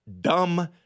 dumb